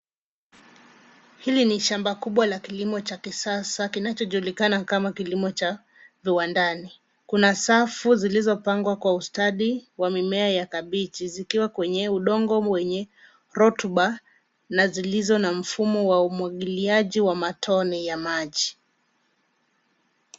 Hili ni shamba kubwa la kilimo cha kisasa kinachojulikana kama kilimo cha viwandani. Kuna safu zilizopangwa kwa ustadi wa mimea ya kabichi zikiwa kwenye udongo wenye rotuba na zilizo na mfumo wa umwagiliaji wa matone ya maji.